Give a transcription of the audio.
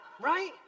Right